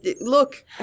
Look